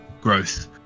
growth